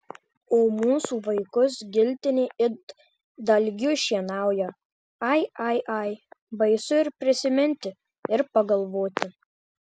o mūsų vaikus giltinė it dalgiu šienauja ai ai ai baisu ir prisiminti ir pagalvoti